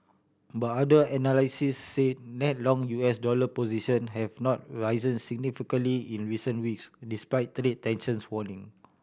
but other analysts say net long U S dollar position have not risen significantly in recent weeks despite trade tensions waning